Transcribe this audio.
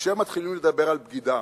כאשר מתחילים לדבר על בגידה